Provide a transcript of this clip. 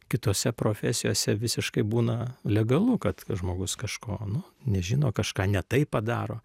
kitose profesijose visiškai būna legalu kad žmogus kažko nu nežino kažką ne taip padaro